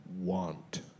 Want